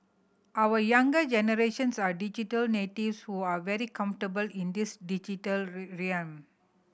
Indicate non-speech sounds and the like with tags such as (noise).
our younger generations are digital natives who are very comfortable in this digital (unintelligible) realm